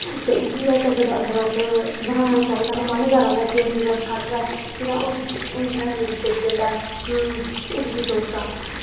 ते उसी अस अगर अस बनाना चाहे मन करा दा कि एह् चीज़ अस खाचै हून जियां मेरी फेवरट ऐ इडली डोसा